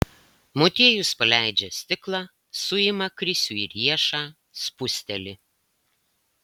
motiejus paleidžia stiklą suima krisiui riešą spusteli